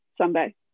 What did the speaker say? sunday